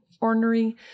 ornery